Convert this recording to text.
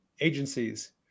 agencies